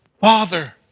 Father